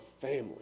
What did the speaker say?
family